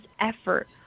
effort